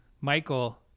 Michael